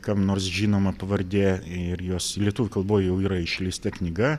kam nors žinoma pavardė ir jos lietuvių kalboj jau yra išleista knyga